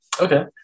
Okay